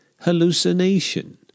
hallucination